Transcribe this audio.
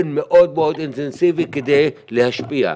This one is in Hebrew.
מאוד מאוד אינטנסיבי כדי להשפיע.